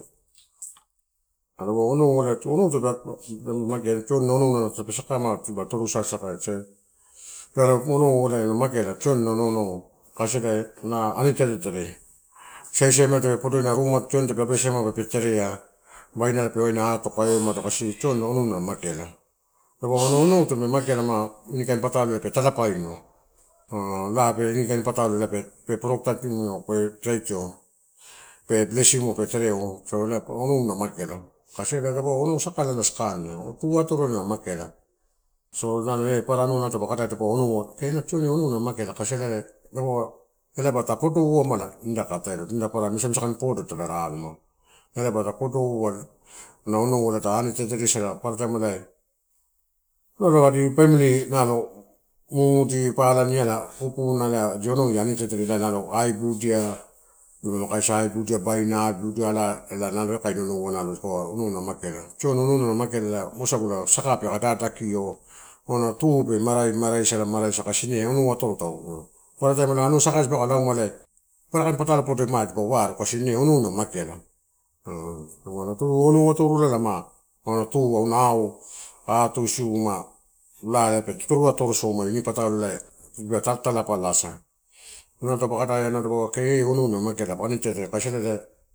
adana onou, onou tape ma, tape magea tioni onou na tape sakanna dipa totoru sasakaio nalo onou ela na magea. Tioni ena ono onou kasi na nai tere saisiamela tape padoina rumai tioni tape abesai ma, pe terea, baina la pe waina atoka en umado kasi tioni onouna na mageala dapaua auna onou tape mageala inipatalo petalapaino, laa ba ini kain patalo pe protect tinuo pe taitio pe bless simuo pe tereo ela anouna mageala dapaua onou saka ela na sakanna tu otoro na mageala. So ena eh papara anua dapa kada ela dapau kee en tioni eh onouna mageala, kasi dapaua ela ta podouama nida madakatai. Nidapa papara misa misa kain podoma ta alo ela ba ta podoua ela onou ta ani teretere isala, paparataim umado adi family nalo mumudi, palu, niala ela ia ani teretere ela aibudia dipole kaisia aibudia babaina, aibudia ala dipolo kaisia ela, ela kain onoua mageala. Tioni onou na mageala wasagula saka peka dadakio auna tu pe marai, pe marai, marai maraisala kasi ine onou atoro tau paparataim anua saka tadipaka lauma, papara kain patalo podo dipa ware kasi ine onou na mageala an tu onou atorola tu auna au atuisi ma laa pe toruatoro somaio ini patalo ma talapalasa uma tadipa kada dipaua kee onouna mageala anitere kasi ela.